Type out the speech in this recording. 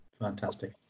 Fantastic